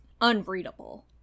unreadable